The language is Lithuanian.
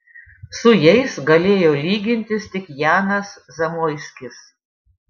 su jais galėjo lygintis tik janas zamoiskis